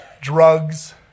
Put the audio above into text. drugs